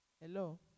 Hello